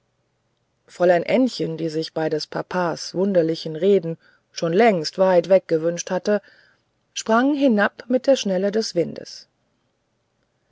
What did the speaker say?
fräulein ännchen die sich bei des papas wunderlichen reden schon längst weit weg gewünscht hatte sprang hinab mit der schnelle des windes